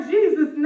Jesus